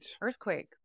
earthquake